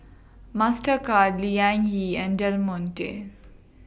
Mastercard Liang Yi and Del Monte